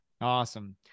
Awesome